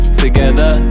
together